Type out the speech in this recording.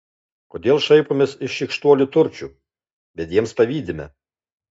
kodėl šaipomės iš šykštuolių turčių bet jiems pavydime